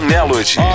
Melody